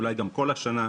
אולי גם כל השנה,